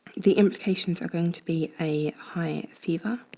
the implications are going to be a high fever,